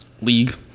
League